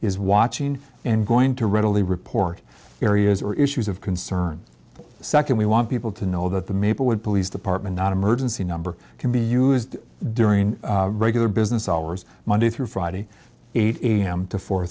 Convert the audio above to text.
is watching and going to readily report areas or issues of concern second we want people to know that the maplewood police department non emergency number can be used during regular business hours monday through friday eight am to four